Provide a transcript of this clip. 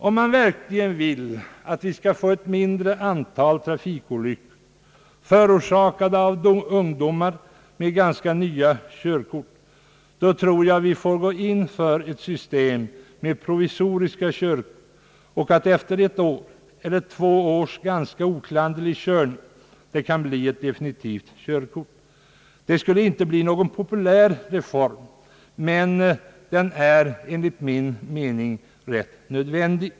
Om vi verkligen vill få ett mindre antal trafikolyckor förorsakade av ungdomar med ganska nya körkort tror jag att vi bör gå in för ett system med pro visoriska körkort som efter ett eller två års oklanderlig körning kan bli definitiva körkort. Det skulle inte bli någon populär reform, men den är enligt min mening nödvändig.